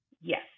Yes